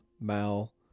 Mal